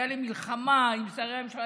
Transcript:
הייתה לי מלחמה עם שרי הממשלה,